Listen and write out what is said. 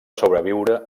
sobreviure